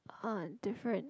are different